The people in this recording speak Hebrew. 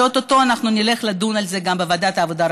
שאו-טו-טו אנחנו נלך לדון על זה גם בוועדת העבודה,